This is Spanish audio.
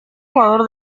jugador